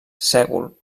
sègol